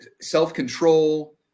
self-control